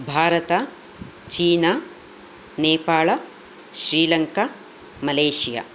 भारतम् चीना नेपाळम् श्रीलङ्का मलेशिया